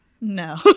No